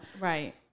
Right